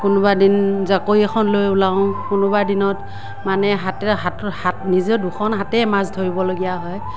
কোনোবা দিন জাকৈ এখন লৈ ওলাওঁ কোনোবা দিনত মানে হাত নিজে দুখন হাতেৰেই মাছ ধৰিবলগীয়া হয়